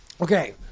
Okay